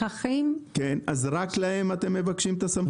אז רק להם אתם מבקשים את הסמכות הזאת?